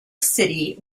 city